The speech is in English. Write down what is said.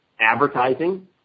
advertising